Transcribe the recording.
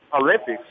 Olympics